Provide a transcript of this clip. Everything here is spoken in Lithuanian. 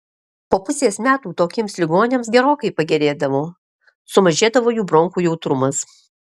po pusės metų tokiems ligoniams gerokai pagerėdavo sumažėdavo jų bronchų jautrumas